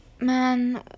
man